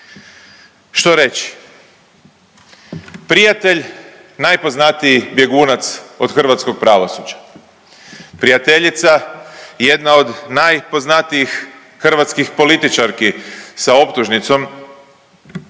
što reći? Prijatelj, najpoznatiji bjegunac od hrvatskog pravosuđa. Prijateljica jedna od najpoznatijih hrvatskih političarki sa optužnicom,